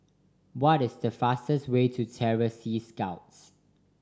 what is the fastest way to Terror Sea Scouts